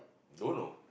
don't know